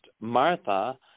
Martha